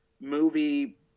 movie